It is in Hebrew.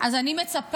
אז אני מצפה